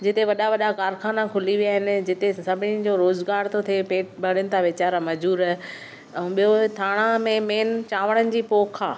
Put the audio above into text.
जिते वॾा वॾा कारखाना खुली विया आहिनि जिते सभनीनि जो रोज़गार थो थे पेट भरिनि था वेचारा मज़ूर ऐं ॿियो थाणा में मेन चावरनि जी पोख आहे